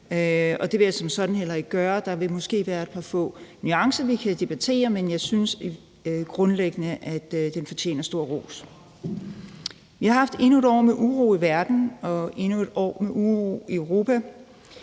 det vil jeg som sådan heller ikke gøre. Der vil måske være nogle få nuancer, vi kan debattere, men jeg synes grundlæggende, at den fortjener stor ros. Vi har haft endnu et år med uro i verden og endnu et år med uro i Europa,